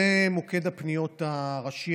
זה מוקד הפניות הראשי,